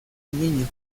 niño